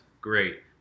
great